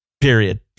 period